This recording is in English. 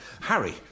Harry